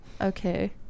Okay